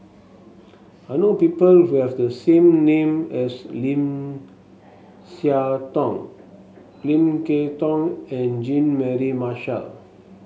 I know people who have the same name as Lim Siah Tong Lim Kay Tong and Jean Mary Marshall